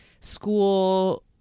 school